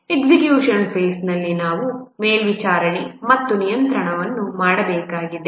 execution ಫೇಸ್ನಲ್ಲಿ ನಾವು ಮೇಲ್ವಿಚಾರಣೆ ಮತ್ತು ನಿಯಂತ್ರಣವನ್ನು ಮಾಡಬೇಕಾಗಿದೆ